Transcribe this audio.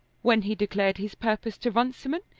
when he declared his purpose to runciman,